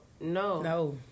No